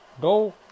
Go